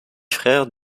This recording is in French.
frère